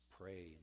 pray